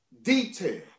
Detail